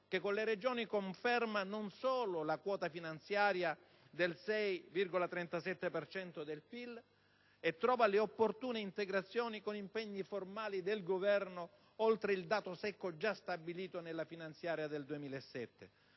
che con le Regioni conferma non solo la quota finanziaria del 6,37 per cento del PIL, ma trova le opportune integrazioni con i suoi impegni formali oltre il dato secco già stabilito nella finanziaria 2007,